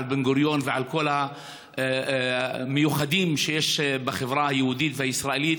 בן-גוריון ועל כל המיוחדים שיש בחברה היהודית והישראלית.